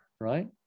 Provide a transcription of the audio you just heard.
right